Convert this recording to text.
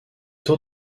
taux